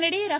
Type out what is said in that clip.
இதனிடையே ர